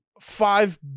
five